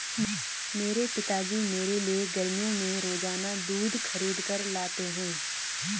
मेरे पिताजी मेरे लिए गर्मियों में रोजाना दूध खरीद कर लाते हैं